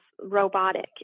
robotic